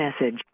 message